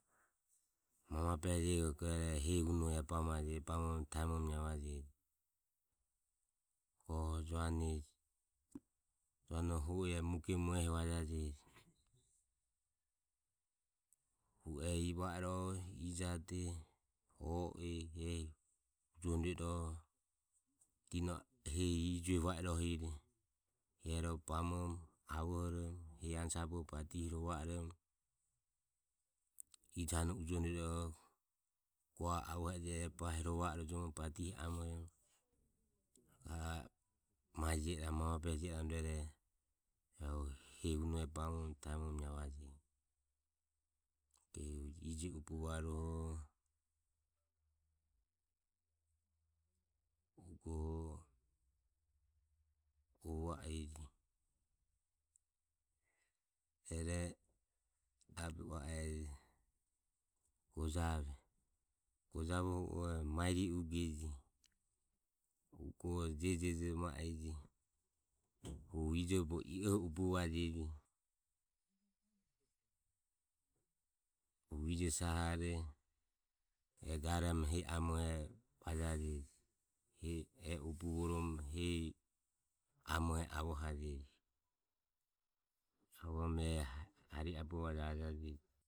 Mamabehe jego rueroho hehi unoho e bamajeji. Bamoromo unoho taemoromo navaje. Goho jaune je. jaunoho hu o e mue gemoho ehi vajajeji hu ehi va iroho ijo ade, o e ehi ujohoromo rue iroho ro Dino e hehi ijue vae irohire e ro bamoromo avohoromo hehi ano sabohuro badihi rova oromo ijo hanoho ujohoromo rue iroho ro bahiromo badihi rova oromo ga a e mae jio iramu mamabehe jio iramu ae hu hehi unoho e bamoromo taemoromo naivajeji. Ok ro ije ubu varuoho ugoho ova e je rueroho rabe ua ejo gojave. Gojavoho hu o eho maeri e uge je. hue ho jejo jejo mae e je hu ijoho bogo i oho ubuva jeji hui jo sahore e garomo hehi amoho e vaja jeje hu e ubuvoromo hehi amoho e avohajeji avohoromo harihe aboje e vaja jeje.